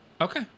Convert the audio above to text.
okay